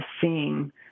seeing